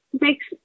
makes